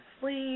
sleep